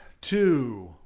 two